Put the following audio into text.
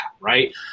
right